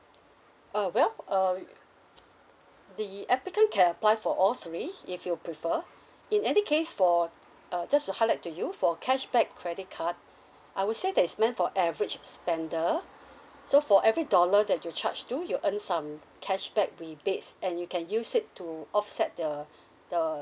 uh well uh the applicant can apply for all three if you prefer in any case for uh just to highlight to you for cashback credit card I would say that is meant for average spender so for every dollar that you charge to you earn some cashback rebates and you can use it to offset the the